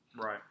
Right